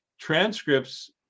transcripts